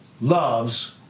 loves